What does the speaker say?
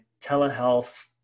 telehealth